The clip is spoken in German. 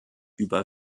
über